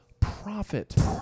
Profit